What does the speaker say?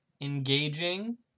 engaging